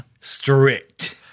strict